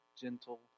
gentle